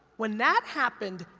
when that happened,